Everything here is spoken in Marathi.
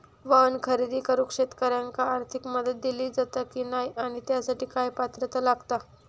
वाहन खरेदी करूक शेतकऱ्यांका आर्थिक मदत दिली जाता की नाय आणि त्यासाठी काय पात्रता लागता?